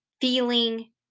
feeling